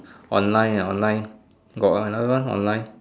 online ah online got another one online